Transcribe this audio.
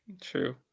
True